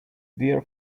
dear